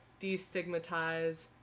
destigmatize